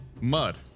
Mud